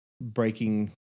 breaking